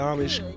Amish